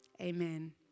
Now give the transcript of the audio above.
Amen